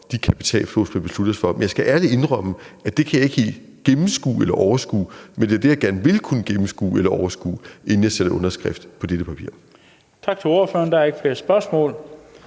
de kapitaloverførsler, der sker. Men jeg skal ærligt indrømme, at det kan jeg ikke helt gennemskue eller overskue. Men det er det, jeg gerne vil kunne gennemskue eller overskue, inden jeg sætter min underskrift på dette papir. Kl. 19:34 Den fg. formand (Bent Bøgsted):